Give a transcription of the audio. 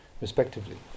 respectively